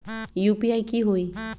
UPI की होई?